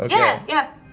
um yeah, yeah.